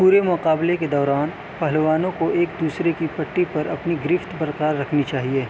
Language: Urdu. پورے مقابلے کے دوران پہلوانوں کو ایک دوسرے کی پٹّی پر اپنی گرفت برقرار رکھنی چاہیے